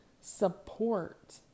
support